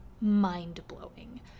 mind-blowing